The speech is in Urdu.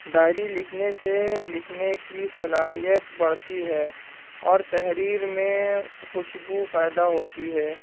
ڈائری لکھنے سے لکھنے کی صلاحیت بڑھتی ہے اور تحریر میں خوشبو پیدا ہوتی ہے